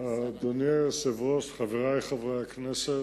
אדוני היושב-ראש, חברי חברי הכנסת,